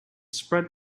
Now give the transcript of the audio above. spread